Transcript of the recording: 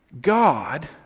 God